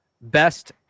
best